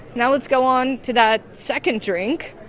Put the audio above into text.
now let's go on to that second drink.